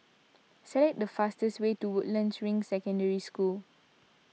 select the fastest way to Woodlands Ring Secondary School